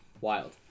Wild